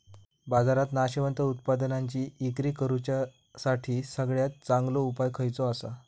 बाजारात नाशवंत उत्पादनांची इक्री करुच्यासाठी सगळ्यात चांगलो उपाय खयचो आसा?